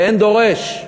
ואין דורש.